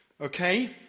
Okay